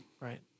Right